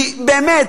כי באמת,